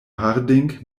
harding